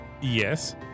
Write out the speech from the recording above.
Yes